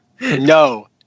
No